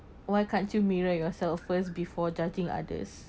why can’t you mirror yourself first before judging others